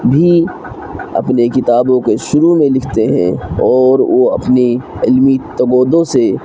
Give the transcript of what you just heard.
بھی اپنے کتابوں کے شروع میں لکھتے ہیں اور وہ اپنی علمی تگ و دو سے